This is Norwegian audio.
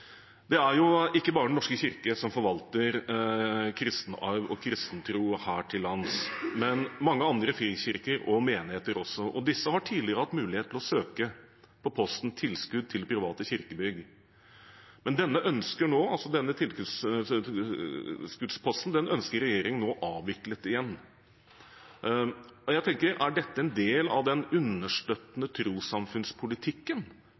Det er jo ikke bare Den norske kirke som forvalter kristenarv og kristentro her til lands; mange frikirker og menigheter gjør det også. Disse har tidligere hatt mulighet til å søke på posten Tilskudd til private kirkebygg. Men denne tilskuddsordningen ønsker regjeringen nå avviklet igjen, og jeg tenker: Er dette en del av den